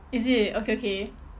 is it okay okay